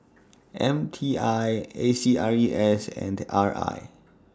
M T I A C R E S and R I